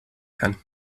kann